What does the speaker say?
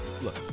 look